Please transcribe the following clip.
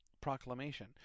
proclamation